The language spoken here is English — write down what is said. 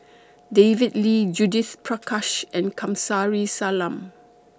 David Lee Judith Prakash and Kamsari Salam